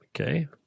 Okay